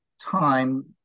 time